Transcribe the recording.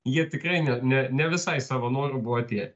jie tikrai ne ne ne visai savo noru buvo atėję